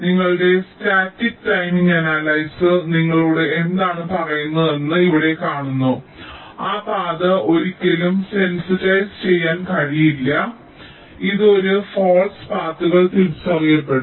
നിങ്ങളുടെ static timing analyzer നിങ്ങളോട് എന്താണ് പറയുന്നതെന്ന് നിങ്ങൾ ഇവിടെ കാണുന്നു ആ പാത ഒരിക്കലും സെൻസിറ്റൈസ് ചെയ്യാൻ കഴിയില്ല ഇത് ഒരു ഫാൾസ് പാത്തുകൾ തിരിച്ചറിയപ്പെടും